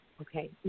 Okay